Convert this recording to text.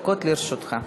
לרשותך.